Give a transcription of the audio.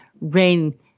rain